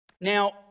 Now